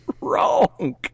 Wrong